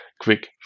quick